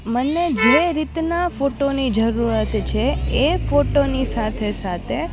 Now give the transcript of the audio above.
મને જે રીતના ફોટોની જરૂરત છે એ એ ફોટોની સાથે સાથે